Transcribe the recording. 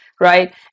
right